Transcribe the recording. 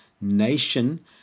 nation